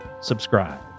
subscribe